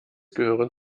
gehören